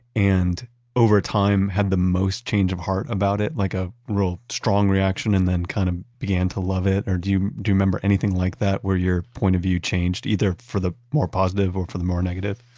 and over time had the most change of heart about it, like a real strong reaction and then kind of began to love it? or do you remember anything like that where your point of view changed either for the more positive or for the more negative?